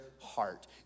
heart